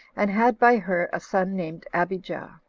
and had by her a son named abijah.